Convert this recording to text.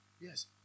Yes